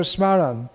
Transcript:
Smaran